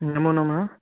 नमो नमः